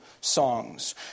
songs